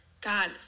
God